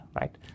right